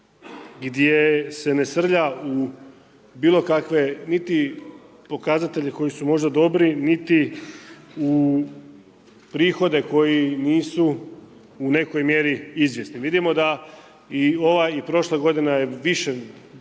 gdje se ne srlja u bilo kakve, niti pokazatelje koji su možda dobri, niti u prihode koji nisu u nekoj mjeri izvjesni. Vidimo da i ova i prošla godina je više rezultirala